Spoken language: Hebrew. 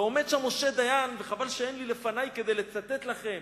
ועומד שם משה דיין, וחבל שאין לפני כדי לצטט לכם,